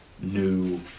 new